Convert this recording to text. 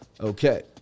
Okay